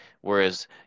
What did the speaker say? Whereas